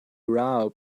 rao